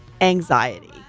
anxiety